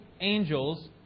angels